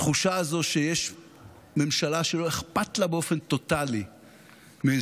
התחושה הזו שיש ממשלה שלא אכפת לה באופן טוטלי מאזרחיה,